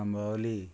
Ambavali